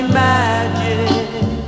magic